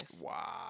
Wow